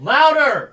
Louder